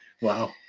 Wow